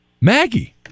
Maggie